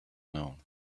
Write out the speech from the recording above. known